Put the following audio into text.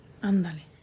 Ándale